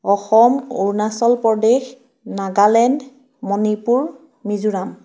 Assam Arunachal Pradesh Nagaland Manipur Mizoram